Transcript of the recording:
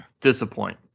disappoint